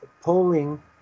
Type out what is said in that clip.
polling